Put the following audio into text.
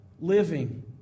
living